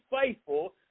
faithful